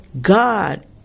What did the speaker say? God